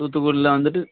தூத்துக்குடியில் வந்துட்டு